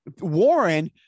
Warren